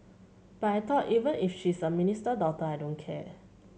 but I thought even if she's a minister daughter I don't care